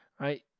Right